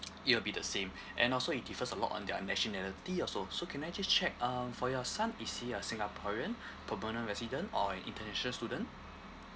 it'll be the same and also it differs a lot on their nationality also so can I just check um for your son is he a singaporean permanent resident or an international student